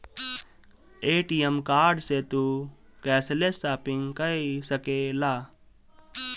ATM card से तू cashless shopping कई सकेला